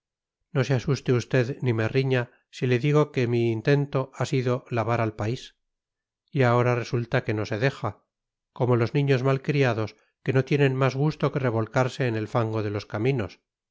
no se asuste usted ni me riña si le digo que mi intento ha sido lavar al país y ahora resulta que no se deja como los niños mal criados que no tienen más gusto que revolcarse en el fango de los caminos